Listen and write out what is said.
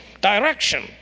direction